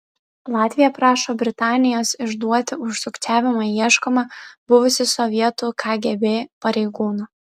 latvija prašo britanijos išduoti už sukčiavimą ieškomą buvusį sovietų kgb pareigūną